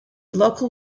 local